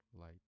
light